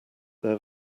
their